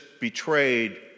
betrayed